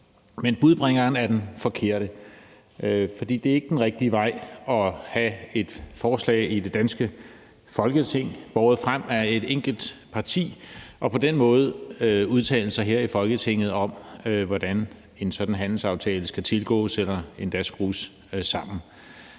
Men budbringeren er den forkerte, for det er ikke den rigtige vej at gå at have et forslag i det danske Folketing båret frem af et enkelt parti og på den måde udtale sig her i Folketinget om, hvordan en sådan handelsaftale skal tilgås eller endda skrues sammen.